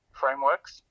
frameworks